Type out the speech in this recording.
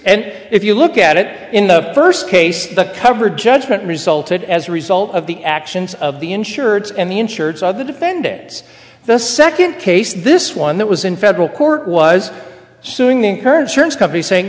and if you look at it in the first case the cover judgment resulted as a result of the actions of the insurance and the insurance other defendants the second case this one that was in federal court was suing the current search company saying